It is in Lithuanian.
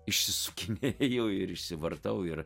išsisukinėju ir išsivartau ir